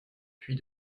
puis